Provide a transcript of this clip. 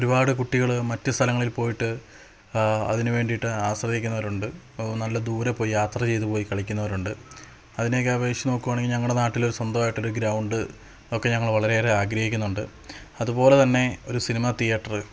ഒരുപാട് കുട്ടികള് മറ്റു സ്ഥലങ്ങളിൽപ്പോയിട്ട് അതിന് വേണ്ടിയിട്ട് ആശ്രയിക്കുന്നവരുണ്ട് അപ്പോള് നല്ലദൂരെ പോയി യാത്രചെയ്ത് പോയി കളിക്കുന്നവരുണ്ട് അതിനെയൊക്കെ അപേക്ഷിച്ച് നോക്കുകയാണെങ്കില് ഞങ്ങളുടെ നാട്ടിലൊരു സ്വന്തമായിട്ടൊരു ഗ്രൗണ്ട് ഒക്കെ ഞങ്ങള് വളരെയേറെ ആഗ്രഹിക്കുന്നുണ്ട് അതു പോലെതന്നെ ഒരു സിനിമാ തിയേറ്റര്